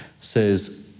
says